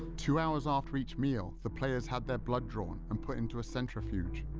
two hours after each meal, the players had their blood drawn and put into a centrifuge.